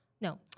No